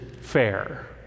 fair